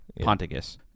Ponticus